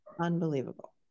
unbelievable